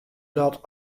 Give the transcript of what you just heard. dat